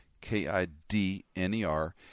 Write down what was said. K-I-D-N-E-R